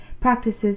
practices